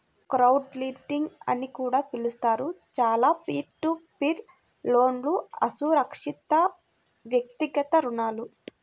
crowdlending అని కూడా పిలుస్తారు, చాలా పీర్ టు పీర్ లోన్లుఅసురక్షితవ్యక్తిగత రుణాలు